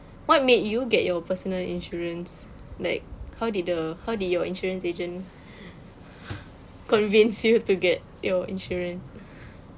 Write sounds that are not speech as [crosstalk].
what made you get your personal insurance like how did the how did your insurance agent [breath] [laughs] convince you to get your insurance